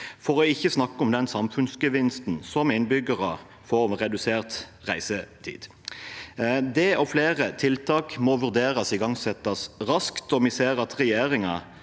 for ikke å snakke om den samfunnsgevinsten som innbyggere får med redusert reisetid. Dette og flere tiltak må vurderes igangsatt raskt. Vi ser at regjeringen